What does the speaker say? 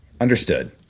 understood